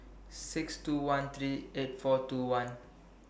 six two one three eight four two one